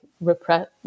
repress